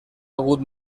hagut